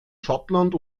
schottland